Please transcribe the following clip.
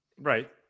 Right